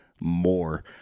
more